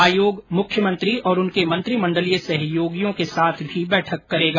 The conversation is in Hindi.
आयोग मुख्यमंत्री और उनके मंत्रिमंडलीय सहयोगियों के साथ भी बैठक करेगा